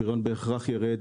הפריון בהכרח ירד,